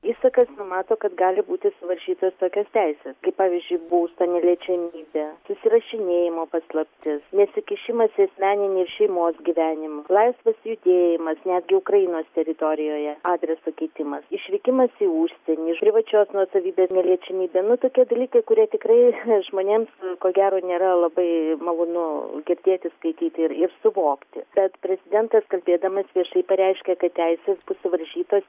įsakas numato kad gali būti suvaržytos tokios teisės kaip pavyzdžiui būsto neliečiamybė susirašinėjimo paslaptis nesikišimas į asmeninį šeimos gyvenimą laisvas judėjimas netgi ukrainos teritorijoje adreso keitimas išvykimas į užsienį privačios nuosavybės neliečiamybė nu tokie dalykai kurie tikrai nes žmonėms ko gero nėra labai malonu girdėti skaityti ir suvokti bet prezidentas kalbėdamas viešai pareiškia kad teisės bus suvaržytos